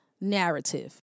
narrative